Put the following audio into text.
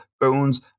Bones